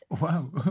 Wow